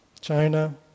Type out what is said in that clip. China